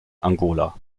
angola